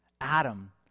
Adam